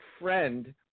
friend